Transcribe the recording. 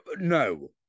no